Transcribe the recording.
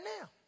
now